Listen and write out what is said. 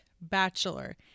bachelor